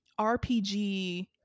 RPG